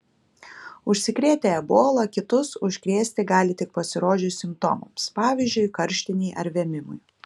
užsikrėtę ebola kitus užkrėsti gali tik pasirodžius simptomams pavyzdžiui karštinei ar vėmimui